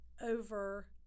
over